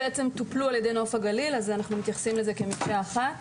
טופלה על ידי נוף הגליל ולכן אנחנו מתייחסים לזה כמקשה אחת.